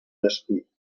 despí